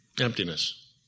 Emptiness